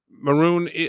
Maroon